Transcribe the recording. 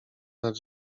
nad